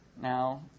Now